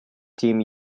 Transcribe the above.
team